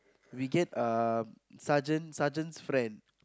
we get um sergeant sergeant's friend